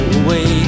away